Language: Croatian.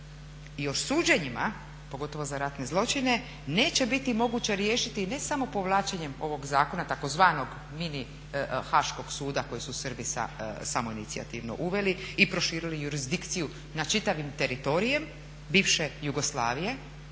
i još suđenjima pogotovo za ratne zločine neće biti moguće riješiti ne samo povlačenjem ovog zakona tzv. mini haškog suda kojeg su Srbi samoinicijativno uveli i proširili jurisdikciju nad čitavim teritorijem bivše Jugoslavije.